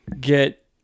get